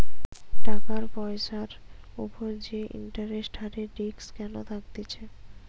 টাকার পয়সার উপর যে ইন্টারেস্ট হারের রিস্ক কোনো থাকতিছে